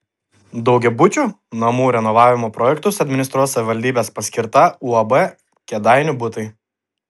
daugiabučių namų renovavimo projektus administruos savivaldybės paskirta uab kėdainių butai